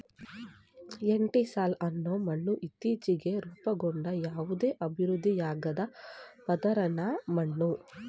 entisol ಅನ್ನೋ ಮಣ್ಣು ಇತ್ತೀಚ್ಗೆ ರೂಪುಗೊಂಡ ಯಾವುದೇ ಅಭಿವೃದ್ಧಿಯಾಗ್ದ ಪದರಿನ ಮಣ್ಣು